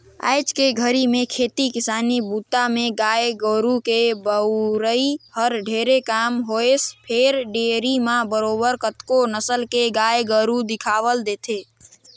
आयज के घरी में खेती किसानी बूता में गाय गोरु के बउरई हर ढेरे कम होइसे फेर डेयरी म बरोबर कतको नसल के गाय गोरु दिखउल देथे